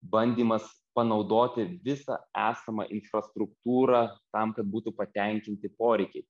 bandymas panaudoti visą esamą infrastruktūrą tam kad būtų patenkinti poreikiai